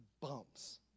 bumps